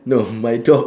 no my dog